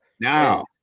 Now